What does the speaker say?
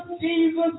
Jesus